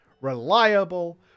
reliable